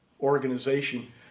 organization